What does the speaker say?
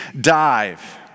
dive